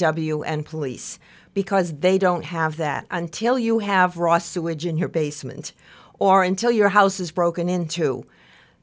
w and police because they don't have that until you have raw sewage in your basement or until your house is broken into